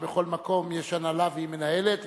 בכל מקום יש הנהלה והיא מנהלת,